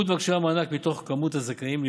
מספר מבקשי המענק מתוך מספר הזכאים.